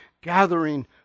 gathering